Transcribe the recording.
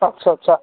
अच्छा अच्छा